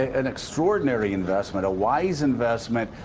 an extraordinary investment, a wise investment,